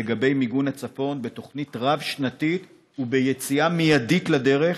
לגבי מיגון הצפון בתוכנית רב-שנתית וביציאה מיידית לדרך,